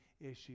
issues